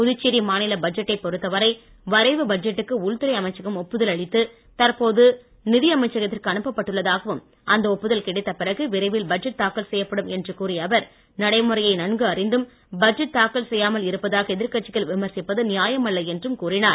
புதுச்சேரி மாநில பட்ஜெட்டை பொறுத்த வரை வரைவு பட்ஜெட்டுக்கு உள்துறை அமைச்சகம் ஒப்புதல் அளித்து தற்போது நிதியமைச்சகத்திற்கு அனுப்பப்பட்டுள்ளதாகவும் அந்த ஒப்புதல் கிடைத்த பிறகு விரைவில் பட்ஜெட் தாக்கல் செய்யப்படும் என்று கூறிய அவர் நடைமுறையை நன்கு அறிந்தும் பட்ஜெட் தாக்கல் செய்யாமல் இருப்பதாக எதிர்கட்சிகள் விமர்சிப்பது நியாயமல்ல என்றும் கூறினார்